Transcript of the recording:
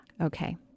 Okay